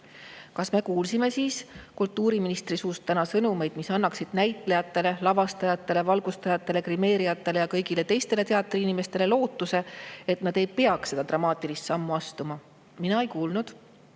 Kas me kuulsime kultuuriministri suust täna sõnumeid, mis annaksid näitlejatele, lavastajatele, valgustajatele, grimeerijatele ja kõigile teistele teatriinimestele lootust, et nad ei pea seda dramaatilist sammu astuma? Mina ei kuulnud.